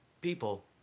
people